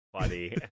funny